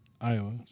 Iowa